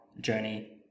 Journey